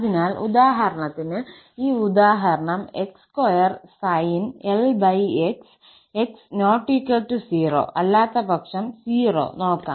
അതിനാൽ ഉദാഹരണത്തിന് ഈ ഉദാഹരണം x2sin 1 x x ≠ 0 അല്ലാത്തപക്ഷം 0 നോക്കാം